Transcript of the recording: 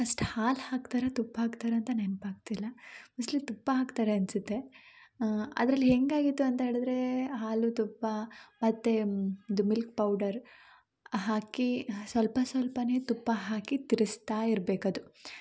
first ಹಾಲು ಹಾಕ್ತಾರಾ ತುಪ್ಪ ಹಾಕ್ತಾರಾ ಅಂತ ನೆನಪಾಗ್ತಿಲ್ಲ ಮೋಸ್ಟ್ಲಿ ತುಪ್ಪ ಹಾಕ್ತಾರೆ ಅನಿಸುತ್ತೆ ಆ ಅದ್ರಲ್ಲಿ ಹೆಂಗೆ ಆಗಿತ್ತು ಅಂತೇಳಿದರೆ ಹಾಲು ತುಪ್ಪ ಮತ್ತು ಇದು ಮಿಲ್ಕ್ ಪೌಡರ್ ಹಾಕಿ ಸ್ವಲ್ಪ ಸ್ವಲ್ಪ ತುಪ್ಪ ಹಾಕಿ ತಿರ್ಸ್ತಾ ಇರಬೇಕದು